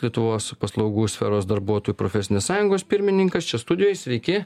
lietuvos paslaugų sferos darbuotojų profesinės sąjungos pirmininkas čia studijoj sveiki